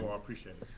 ah appreciate it.